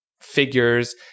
figures